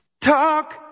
Talk